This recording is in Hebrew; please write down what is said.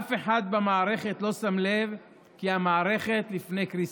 אף אחד במערכת לא שם לב כי המערכת בפני קריסה.